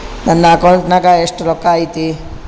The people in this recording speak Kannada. ನನ್ನ ಅಕೌಂಟ್ ನಾಗ ಎಷ್ಟು ರೊಕ್ಕ ಐತಿ?